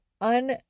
un